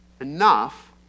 enough